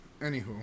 Anywho